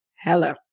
hello